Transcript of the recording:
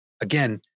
Again